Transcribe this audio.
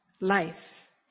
Life